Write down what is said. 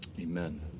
Amen